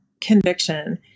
conviction